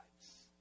lives